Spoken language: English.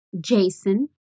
Jason